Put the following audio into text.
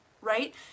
Right